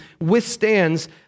withstands